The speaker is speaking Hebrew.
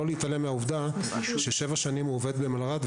לא להתעלם מהעובדה ששבע שנים הוא עובד במלר"ד,